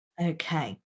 Okay